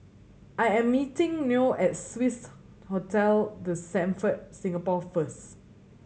I am meeting Noe at Swissotel The Stamford Singapore first